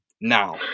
now